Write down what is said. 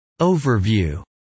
Overview